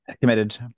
committed